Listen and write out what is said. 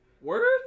Word